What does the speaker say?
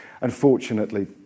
Unfortunately